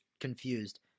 confused